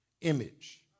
image